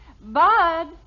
Bud